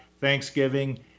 Thanksgiving